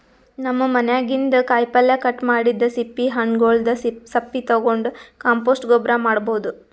ನಮ್ ಮನ್ಯಾಗಿನ್ದ್ ಕಾಯಿಪಲ್ಯ ಕಟ್ ಮಾಡಿದ್ದ್ ಸಿಪ್ಪಿ ಹಣ್ಣ್ಗೊಲ್ದ್ ಸಪ್ಪಿ ತಗೊಂಡ್ ಕಾಂಪೋಸ್ಟ್ ಗೊಬ್ಬರ್ ಮಾಡ್ಭೌದು